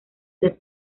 les